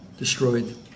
destroyed